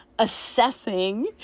Assessing